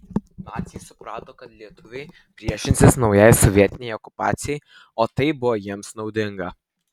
naciai suprato kad lietuviai priešinsis naujai sovietinei okupacijai o tai buvo jiems naudinga